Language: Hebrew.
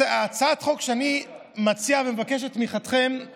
הצעת החוק שאני מציע ומבקש את תמיכתכם בה